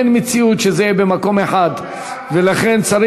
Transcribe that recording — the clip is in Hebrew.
אין מציאות שזה יהיה במקום אחד.